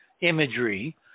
imagery